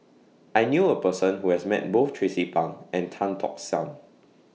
I knew A Person Who has Met Both Tracie Pang and Tan Tock San